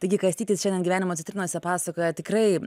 taigi kastytis šiandien gyvenimo citrinose pasakoja tikrai